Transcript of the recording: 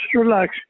relax